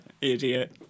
idiot